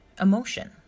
emotion